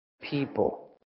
people